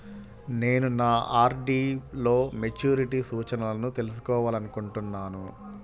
నేను నా ఆర్.డీ లో మెచ్యూరిటీ సూచనలను తెలుసుకోవాలనుకుంటున్నాను